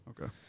Okay